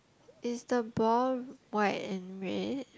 is the ball white and red